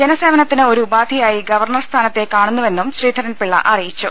ജനസേവനത്തിന് ഒരു ഉപാധിയായി ഗവർണർ സ്ഥാനത്തെ കാണുന്നു വെന്നും ശ്രീധരൻപിള്ള അറിയിച്ചു